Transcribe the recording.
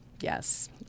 yes